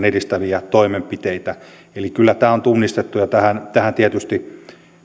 edistäviä toimenpiteitä eli kyllä tämä on tunnistettu ja tietysti